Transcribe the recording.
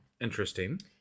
Interesting